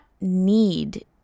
need